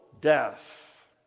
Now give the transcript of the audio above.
death